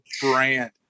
brand